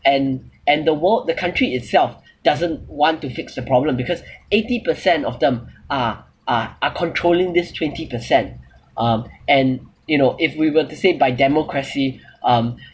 and and the world the country itself doesn't want to fix the problem because eighty percent of them are are are controlling this twenty percent um and you know if we were to say by democracy um